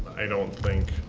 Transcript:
i don't think